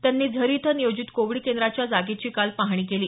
त्यांनी झरी इथं नियोजित कोविड केंद्राच्या जागेची काल पाहणी केली